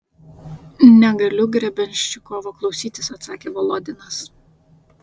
negaliu grebenščikovo klausytis atsakė volodinas